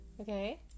Okay